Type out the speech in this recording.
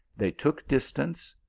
they took distance,